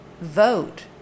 vote